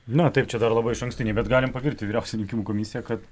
na taip čia dar labai išankstiniai bet galim pagirti vyriausią rinkimų komisiją kad